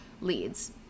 leads